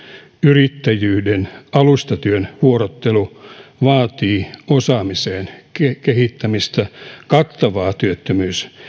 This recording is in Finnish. yrittäjyyden ja alustatyön vuorottelu vaatii osaamisen kehittämistä ja kattavaa työttömyys